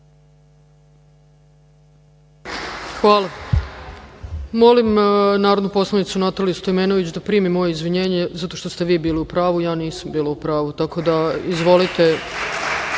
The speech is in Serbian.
Hvala. Molim narodnu poslanicu Nataliju Stojmenović da primi moje izvinjenje, zato što ste vi bili u pravu, ja nisam bila u pravu, tako da, izvolite,